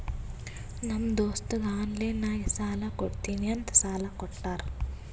ನಮ್ ದೋಸ್ತಗ ಆನ್ಲೈನ್ ನಾಗೆ ಸಾಲಾ ಕೊಡ್ತೀನಿ ಅಂತ ಸಾಲಾ ಕೋಟ್ಟಾರ್